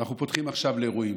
אנחנו פותחים עכשיו לאירועים,